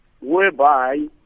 whereby